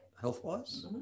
health-wise